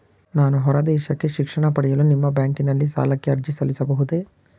ನಾನು ಹೊರದೇಶಕ್ಕೆ ಶಿಕ್ಷಣ ಪಡೆಯಲು ನಿಮ್ಮ ಬ್ಯಾಂಕಿನಲ್ಲಿ ಸಾಲಕ್ಕೆ ಅರ್ಜಿ ಸಲ್ಲಿಸಬಹುದೇ?